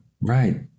right